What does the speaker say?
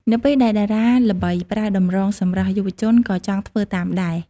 នៅពេលដែលតារាល្បីប្រើតម្រងសម្រស់ យុវជនក៏ចង់ធ្វើតាមដែរ។